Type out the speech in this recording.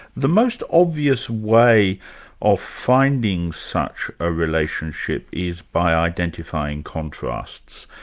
the most obvious way of finding such a relationship is by identifying contrasts.